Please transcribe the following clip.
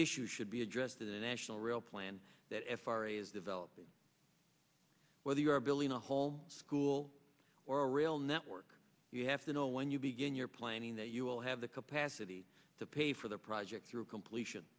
issue should be addressed to the national rail plan that f r a is developing whether you are building a whole school or a rail network you have to know when you begin your planning that you will have the capacity to pay for the project through completion